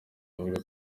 avuga